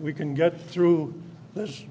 we can get through this